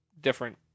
different